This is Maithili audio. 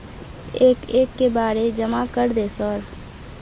एक एक के बारे जमा कर दे सर?